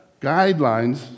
guidelines